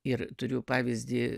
ir turiu pavyzdį